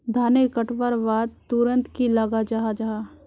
धानेर कटवार बाद तुरंत की लगा जाहा जाहा?